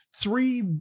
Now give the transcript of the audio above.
three